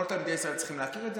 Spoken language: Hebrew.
כל תלמידי ישראל צריכים להכיר את זה,